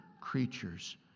creatures